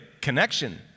connection